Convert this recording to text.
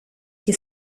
che